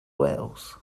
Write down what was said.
wales